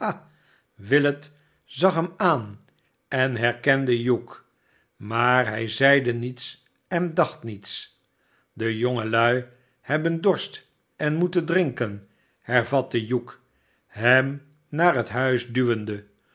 ha willet zag hem aan en herkende hugh maar hij zeide niets en dacht niets de jongelui hebben dorst en moeten drinken hervatte hugh hem naar het huis duwende